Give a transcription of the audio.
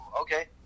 okay